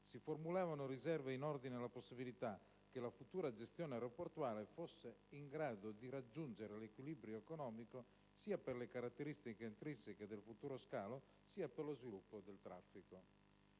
si formulavano riserve in ordine alla possibilità che la futura gestione aeroportuale fosse «in grado di raggiungere 1'equilibro economico sia per le caratteristiche intrinseche del futuro scalo sia per lo sviluppo del traffico».